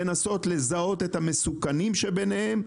לנסות לזהות את המסוכנים שביניהם,